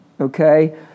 Okay